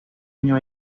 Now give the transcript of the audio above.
año